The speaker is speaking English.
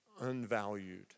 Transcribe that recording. unvalued